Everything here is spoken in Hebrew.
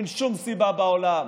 אין שום סיבה בעולם.